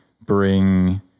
bring